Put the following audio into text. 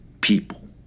people